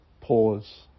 Pause